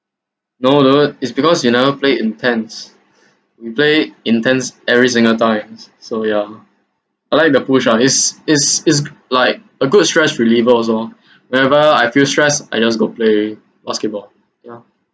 no the one is because you never play intense we play intense every single times so ya I like the push ah is is is like a good stress reliever also oh whenever I feel stressed I just go play basketball yeah